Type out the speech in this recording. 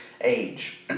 Age